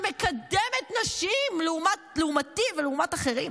שמקדמת נשים לעומתי ולעומת אחרים.